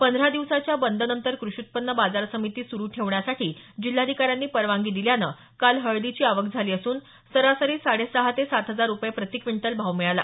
पंधरा दिवसाच्या बंद नंतर कृषी उत्पन्न बाजार समिती सुरू ठेवण्यासाठी जिल्हाधिकाऱ्यांनी परवानगी दिल्यानं काल हळदीची आवक झाली असून सरासरी साडे सहा ते सात हजार रुपये प्रतिक्विंटल भाव मिळाला